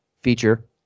feature